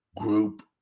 group